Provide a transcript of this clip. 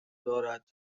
دارد